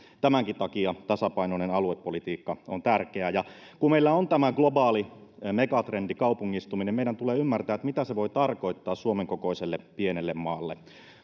tämänkin takia tasapainoinen aluepolitiikka on tärkeää kun meillä on tämä globaali megatrendi kaupungistuminen meidän tulee ymmärtää mitä se voi tarkoittaa suomen kokoiselle pienelle maalle